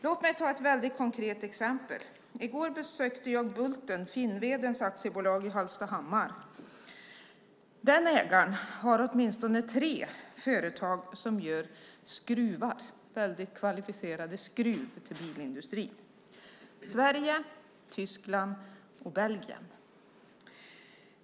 Låt mig ta ett konkret exempel. I går besökte jag Finnveden Bulten AB i Hallstahammar. Ägaren har åtminstone tre företag som gör kvalificerad skruv till bilindustrin i Sverige, Tyskland och Belgien.